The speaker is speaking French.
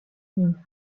une